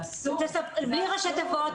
בלי ראשי תיבות.